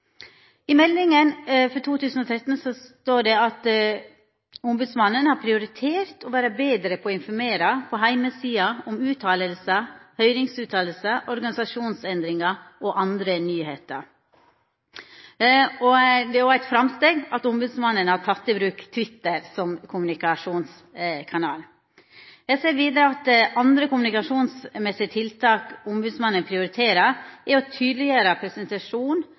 I meldinga for 2013 står det at ombodsmannen har prioritert å vera betre på å informera på heimesida om utsegner, høyringsutsegner, organisasjonsendringar og andre nyheiter. Det er òg eit framsteg at Ombodsmannen har teke i bruk Twitter som kommunikasjonskanal. Eg ser vidare at andre kommunikasjonstiltak Ombodsmannen prioriterer, er å